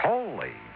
Holy